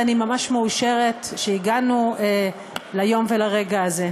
אני ממש מאושרת שהגענו ליום ולרגע הזה.